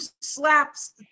slaps